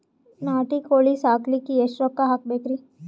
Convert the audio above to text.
ನಾಟಿ ಕೋಳೀ ಸಾಕಲಿಕ್ಕಿ ಎಷ್ಟ ರೊಕ್ಕ ಹಾಕಬೇಕ್ರಿ?